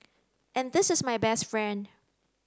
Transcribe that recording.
and this is my best friend